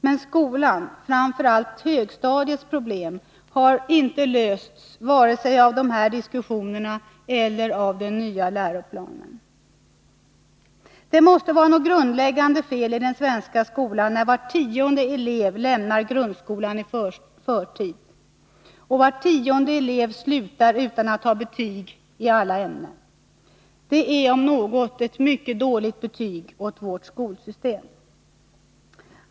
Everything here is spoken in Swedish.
Men skolans, framför allt högstadiets, problem har inte lösts vare sig av dessa diskussioner eller av den nya läroplanen. Det måste vara något grundläggande fel i den svenska skolan, när var tionde elev lämnar grundskolan i förtid och var tionde elev slutar utan att ha betyg i alla ämnen. Detta om något är ett mycket dåligt betyg åt vårt skolsystem.